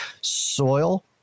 soil